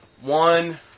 one